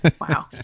Wow